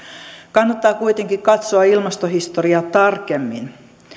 kannattaa kuitenkin katsoa ilmastohistoriaa tarkemmin